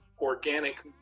organic